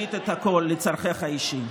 ולהשליט את הכול לצרכיך האישיים.